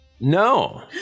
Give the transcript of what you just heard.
No